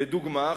לדוגמה,